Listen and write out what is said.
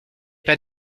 pas